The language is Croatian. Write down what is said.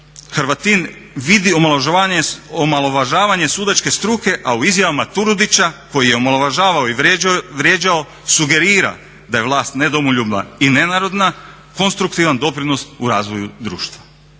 Hrvatin vidi omalovažavanje sudačke struke a u izjavama Turudića koji je omalovažavao i vrijeđao sugerira da je vlast nedomoljubna i nenarodna, konstruktivan doprinos u razvoju društva.